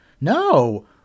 No